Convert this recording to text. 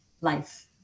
life